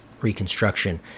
reconstruction